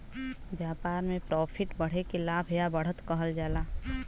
व्यापार में प्रॉफिट बढ़े के लाभ या बढ़त कहल जाला